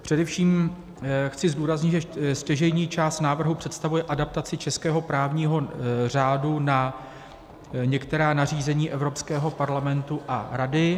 Především chci zdůraznit, že stěžejní část návrhu představuje adaptaci českého právního řádu na některá nařízení Evropského parlamentu a Rady.